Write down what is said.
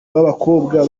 babakobwa